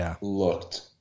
looked